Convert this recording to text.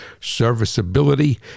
serviceability